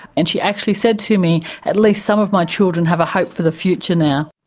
and she actually said to me, at least some of my children have a hope for the future now.